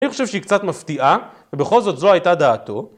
אני חושב שהיא קצת מפתיעה, ובכל זאת זו הייתה דעתו.